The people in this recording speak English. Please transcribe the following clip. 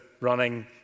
running